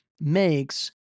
makes